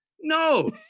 No